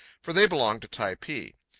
for they belonged to typee.